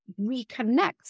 reconnect